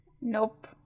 Nope